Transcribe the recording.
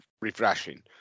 refreshing